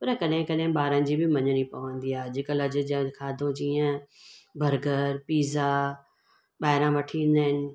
पर कॾहिं कॾहिं ॿारनि जी बि मञणी पवंदी आहे अॼकल्ह खाधो जीअं बर्गर पिज़ा ॿाहिरिया वठी ईंदा आहिनि